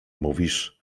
mówisz